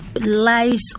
lies